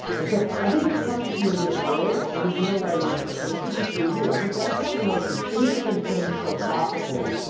and so, i think it comes to you in different ways and there is no right answer and it should be for you. i think that's one of the most interesting things philosophically,